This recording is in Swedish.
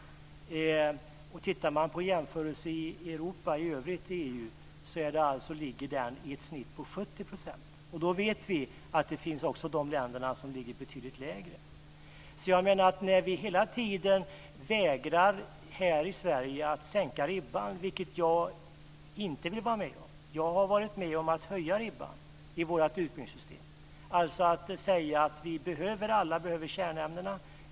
Tittar man på Europa, på EU, i övrigt ligger det i snitt på 70 %. Då vet vi att det också finns länder som ligger betydligt lägre. Här i Sverige vägrar vi hela tiden att sänka ribban. Det vill jag inte vara med om. Jag har varit med om att höja ribban i vårt utbildningssystem, alltså att säga att alla behöver kärnämnena.